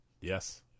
Yes